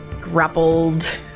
grappled